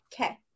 Okay